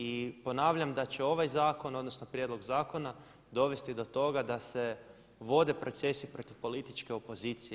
I ponavljam da će ovaj zakon, odnosno prijedlog zakona dovesti do toga da se vode procesi protiv političke opozicije.